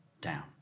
down